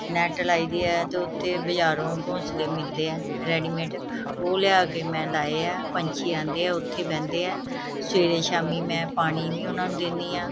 net ਲਾਈ ਦੀ ਹੈ ਅਤੇ ਉੱਥੇ ਬਜ਼ਾਰੋਂ ਘੋਂਸਲੇ ਮਿਲਦੇ ਹੈ ਰੈਡੀਮੇਟ ਉਹ ਲਿਆ ਕੇ ਮੈਂ ਲਾਏ ਹੈ ਪੰਛੀ ਆਉਂਦੇ ਹੈ ਉੱਥੇ ਬਹਿੰਦੇ ਹੈ ਸਵੇਰੇ ਸ਼ਾਮੀ ਮੈਂ ਪਾਣੀ ਵੀ ਉਨ੍ਹਾਂ ਨੂੰ ਦਿੰਦੀ ਹਾਂ